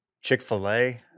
Chick-fil-A